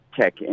tech